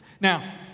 Now